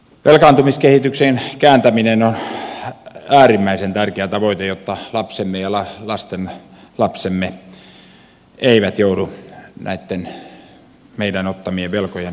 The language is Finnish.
velkaantumiskehityksen kääntäminen on äärimmäisen tärkeä tavoite jotta lapsemme ja lastenlapsemme eivät joudu näitten meidän ottamiemme velkojen maksajiksi